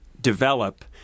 develop